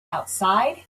outside